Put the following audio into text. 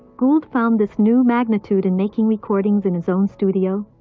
gould found this new magnitude in making recordings in his own studio,